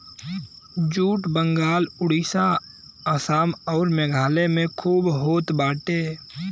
jute Bengal Orissa Assam अउर मेघालय में खूब होत बाटे